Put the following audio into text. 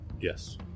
Yes